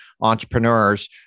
entrepreneurs